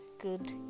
good